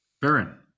Baron